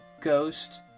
ghost